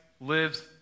lives